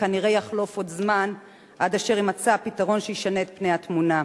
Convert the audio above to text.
וכנראה יחלוף עוד זמן עד אשר יימצא הפתרון שישנה את התמונה.